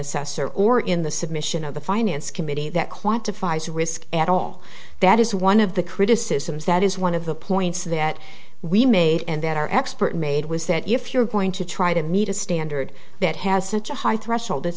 assessor or in the submission of the finance committee that quantified risk at all that is one of the criticisms that is one of the points that we made and that our expert made was that if you're going to try to meet a standard that has such a high threshold